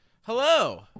hello